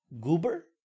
goober